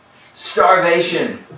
Starvation